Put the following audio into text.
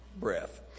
breath